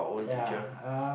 ya uh